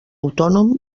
autònom